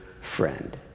friend